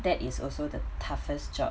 that is also the toughest job